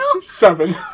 Seven